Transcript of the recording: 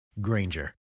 Granger